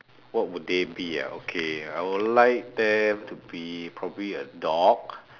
what would they be ah okay I would like them to be probably a dog